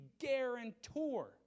guarantor